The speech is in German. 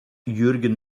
jürgen